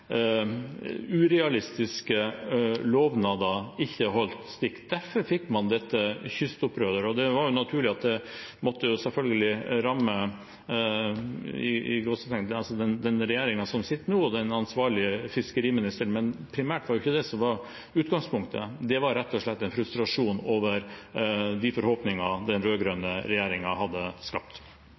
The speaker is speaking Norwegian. urealistiske lovnader, ikke holdt stikk. Derfor fikk man dette kystopprøret. Det var naturlig at det måtte «ramme» den regjeringen som sitter nå, og den ansvarlige fiskeriministeren. Men primært var det ikke det som var utgangspunktet, det var rett og slett en frustrasjon over de forhåpninger den rød-grønne regjeringen hadde skapt.